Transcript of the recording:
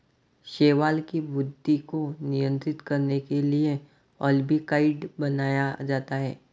शैवाल की वृद्धि को नियंत्रित करने के लिए अल्बिकाइड बनाया जाता है